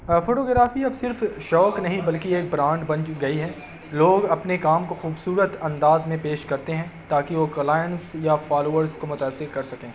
photography اب صرف شوق نہیں بلکہ ایک برانڈ بن جی گئی ہے لوگ اپنے کام کو خوبصورت انداز میں پیش کرتے ہیں تاکہ وہ کلائنٹس یا فالوورس کو متاثر کر سکیں